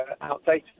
outdated